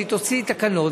שהיא תוציא תקנות,